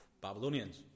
Babylonians